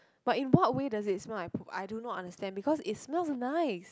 but in what way does it smell like poop I do not understand because it smell nice